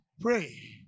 Pray